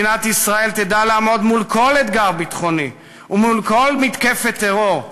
מדינת ישראל תדע לעמוד מול כל אתגר ביטחוני ומול כל מתקפת טרור,